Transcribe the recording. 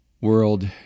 world